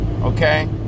okay